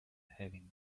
having